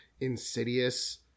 insidious